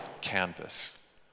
canvas